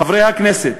חברי הכנסת,